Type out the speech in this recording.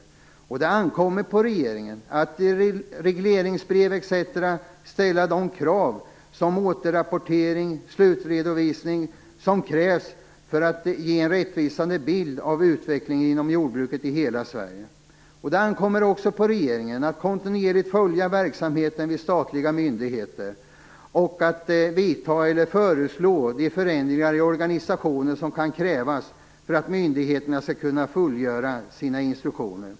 Det ankommer på regeringen att i regleringsbrev etc. ställa de krav, t.ex. om återrapportering och slutredovisning, som krävs för att ge en rättvisande bild av utvecklingen inom jordbruket i hela Sverige. Det ankommer också på regeringen att kontinuerligt följa verksamheten i statliga myndigheter och att vidta eller föreslå de förändringar i organisationen som kan krävas för att myndigheterna skall kunna fullgöra sina instruktioner.